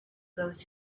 those